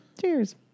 Cheers